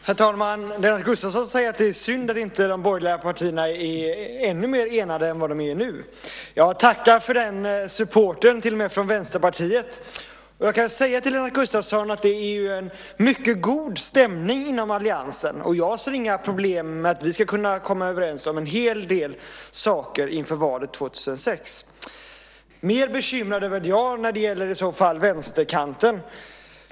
Herr talman! Lennart Gustavsson säger att det är synd att de borgerliga partierna inte är ännu mer enade än vad de är nu. Jag tackar för den supporten, som till och med kommer från Vänsterpartiet. Jag kan säga till Lennart Gustavsson att det råder en mycket god stämning inom alliansen. Jag ser inga problem med att vi ska kunna komma överens om en hel del saker inför valet 2006. Mer bekymrad är jag i så fall när det gäller vänsterkanten.